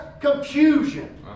confusion